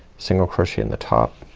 single crochet in the top